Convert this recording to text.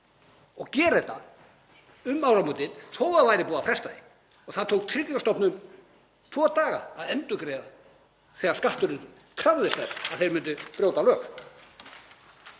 og gera þetta um áramótin þó að það væri búið að fresta því. Það tók Tryggingastofnun tvo daga að endurgreiða þetta þegar Skatturinn krafðist þess að þeir myndu brjóta lög.